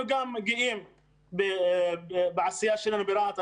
אנחנו גם גאים בתעשייה שלנו ברהט.